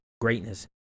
greatness